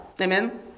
Amen